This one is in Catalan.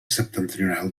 septentrional